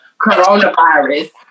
coronavirus